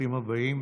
ברוכים הבאים.